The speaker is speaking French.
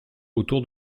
autour